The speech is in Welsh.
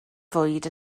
fwyd